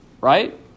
right